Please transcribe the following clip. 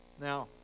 Now